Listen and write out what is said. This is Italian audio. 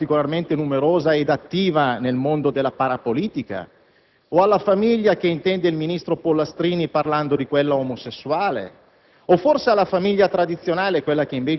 si riferisce alla sua, che è particolarmente numerosa ed attiva nel mondo della parapolitica, o alla famiglia che intende il ministro Pollastrini parlando di quella omosessuale